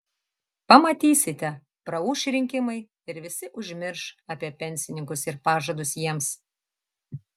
pamatysite praūš rinkimai ir visi užmirš apie pensininkus ir pažadus jiems